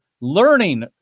learning